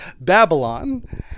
Babylon